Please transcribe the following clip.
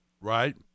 Right